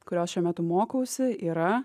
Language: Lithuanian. kurios šiuo metu mokausi yra